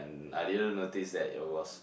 I didn't notice that it was